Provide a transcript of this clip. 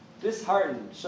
Disheartened